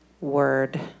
Word